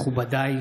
מכובדיי,